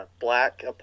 black